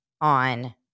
on